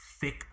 thick